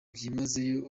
byimazeyo